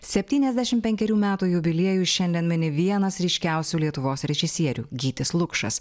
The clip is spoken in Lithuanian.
septyniasdešimt penkerių metų jubiliejų šiandien mini vienas ryškiausių lietuvos režisierių gytis lukšas